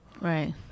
Right